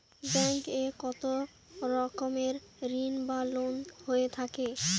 Bank এ কত রকমের ঋণ বা লোন হয়ে থাকে?